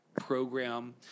program